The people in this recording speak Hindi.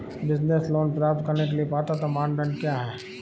बिज़नेस लोंन प्राप्त करने के लिए पात्रता मानदंड क्या हैं?